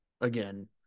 again